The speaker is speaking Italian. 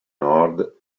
nord